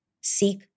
seek